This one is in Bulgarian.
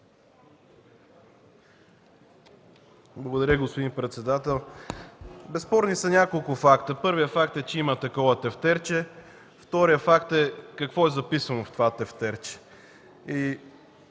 Благодаря, господин председател. Безспорни са няколко факта. Първият факт е, че има такова тефтерче. Вторият факт е какво е записано в това тефтерче. И